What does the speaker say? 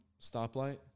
stoplight